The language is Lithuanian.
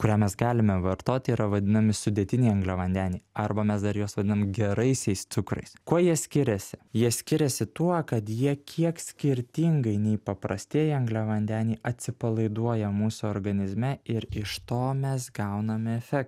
kurią mes galime vartoti yra vadinami sudėtiniai angliavandeniai arba mes dar juos vadinam geraisiais cukrais kuo jie skiriasi jie skiriasi tuo kad jie kiek skirtingai nei paprastieji angliavandeniai atsipalaiduoja mūsų organizme ir iš to mes gaunam efektą